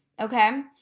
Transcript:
okay